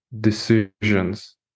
decisions